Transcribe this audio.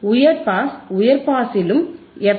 உயர் பாஸ் உயர் பாஸிலும் எஃப்